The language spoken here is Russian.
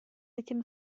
этим